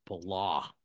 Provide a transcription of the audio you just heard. blah